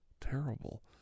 terrible